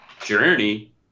journey